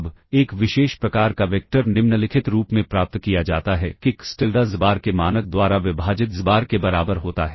अब एक विशेष प्रकार का वेक्टर निम्नलिखित रूप में प्राप्त किया जाता है कि xTilda xbar के मानक द्वारा विभाजित xbar के बराबर होता है